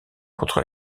contre